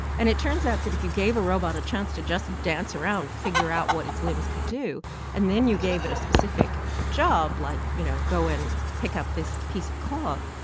and it turns out that if you gave a robot a chance to just dance around, figure out what its limbs could do and then you gave it a specific job, like, you know, go and pick up this piece of cloth,